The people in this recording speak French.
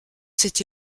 s’est